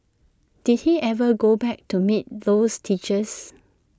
did he ever go back to meet those teachers